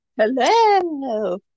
hello